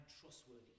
trustworthy